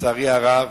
לצערי הרב,